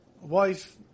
wife